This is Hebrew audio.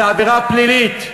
זו עבירה פלילית,